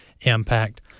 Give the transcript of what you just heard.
impact